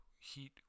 Heat